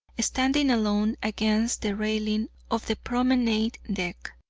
standing alone against the railing of the promenade deck,